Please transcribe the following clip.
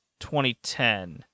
2010